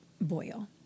boil